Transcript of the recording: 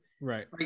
Right